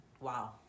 Wow